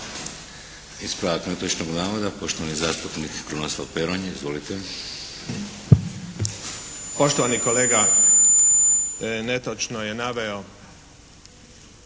Ispravak netočnog navoda poštovani zastupnik Krunoslav Peronja. **Peronja, Kruno (HDZ)** Poštovani kolega netočno je naveo